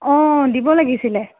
অ' দিব লাগিছিল